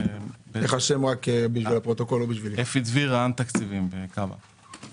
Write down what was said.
רע"ן תקציבים, רשות כבאות והצלה.